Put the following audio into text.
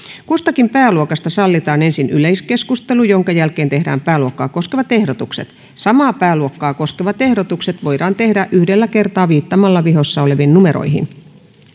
kustakin pääluokasta sallitaan ensin yleiskeskustelu jonka jälkeen tehdään pääluokkaa koskevat ehdotukset samaa pääluokkaa koskevat ehdotukset voidaan tehdä yhdellä kertaa viittaamalla vihkossa oleviin numeroihin